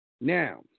Now